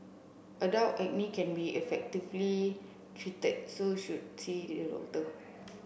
adult acne can be effectively treated so should